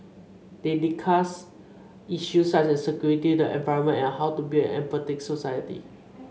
they discussed issues such as security the environment and how to build an empathetic society